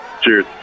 Cheers